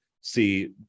See